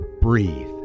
breathe